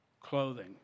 clothing